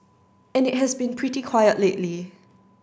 and it has been pretty quiet lately